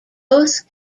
both